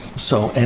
so, and